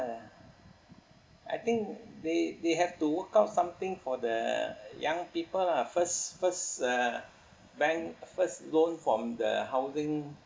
~a I think they they have to work out something for the young people lah first first uh bank first loan from the housing